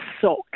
sock